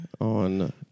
on